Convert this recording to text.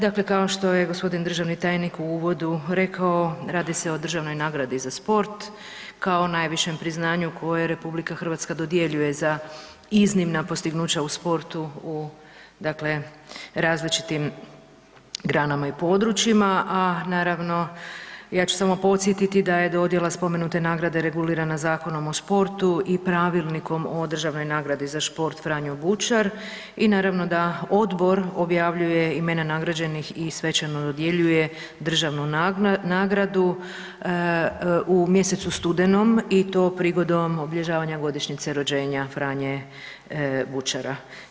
Dakle, kao što je g. državni tajnik u uvodu rekao, radi se državnoj nagradi za sport, kao najvišem priznanju koje RH dodjeljuje za iznimna postignuća u sportu u dakle različitim granama i područjima, a naravno, ja ću samo podsjetiti da je dodjela spomenute nagrade regulirana Zakonom o sportu i Pravilnikom o državnoj nagradi za šport „Franjo Bučar“ i naravno da odbor objavljuje imena nagrađenih i svečano dodjeljuje državnu nagradu u mjesecu studenom i to prigodom obilježavanja godišnjice rođenja Franje Bučara.